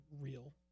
real